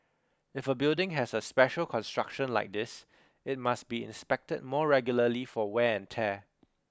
if a building has a special construction like this it must be inspected more regularly for wear and tear